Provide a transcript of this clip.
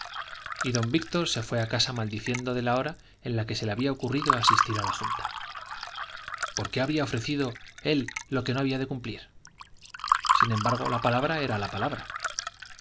y don víctor se fue a casa maldiciendo de la hora en que se le había ocurrido asistir a la junta por qué habría ofrecido él lo que no había de cumplir sin embargo la palabra era palabra